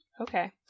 Okay